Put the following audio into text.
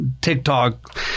TikTok